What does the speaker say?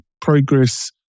progress